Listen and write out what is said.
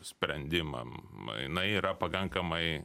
sprendimam o jinai yra pakankamai